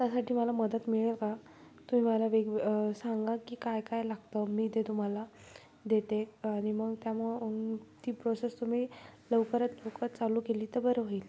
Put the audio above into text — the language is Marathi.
त्यासाठी मला मदत मिळेल का तुम्हाला वेगवे सांगा की काय काय लागतं मी ते तुम्हाला देते आणि मग त्यामुळं ती प्रोसेस तुम्ही लवकरात लवकरात चालू केली तर बरं होईल